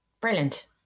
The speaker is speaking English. Brilliant